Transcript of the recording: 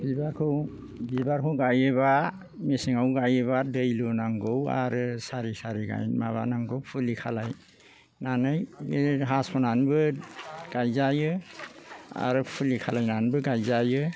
बिबारखौ बिबारखौ गायोबा मेसेंआव गायोबा दै लुनांगौ आरो सारि सारि गाय माबानांगौ फुलि खालायनानै बिदिनो हास'नानैबो गायजायो आरो फुलि खालायनानैबो गायजायो